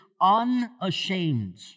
unashamed